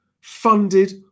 funded